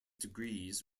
degrees